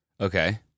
Okay